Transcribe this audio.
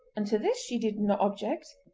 and to this she did not object.